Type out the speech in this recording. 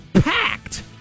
packed